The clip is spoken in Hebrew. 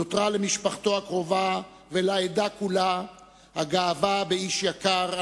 נותרה למשפחתו הקרובה ולעדה כולה הגאווה באיש יקר,